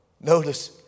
Notice